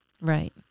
Right